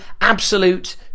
absolute